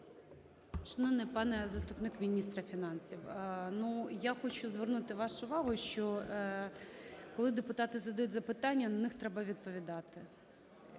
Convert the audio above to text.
Шановний пане заступник міністра фінансів, ну, я хочу звернути вашу увагу, що коли депутати задають запитання, на них треба відповідати.